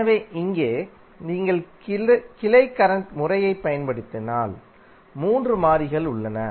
எனவே இங்கே நீங்கள் கிளை கரண்ட் முறையைப் பயன்படுத்தினால் 3 மாறிகள் உள்ளன